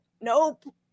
nope